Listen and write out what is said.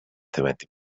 twenty